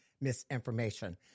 misinformation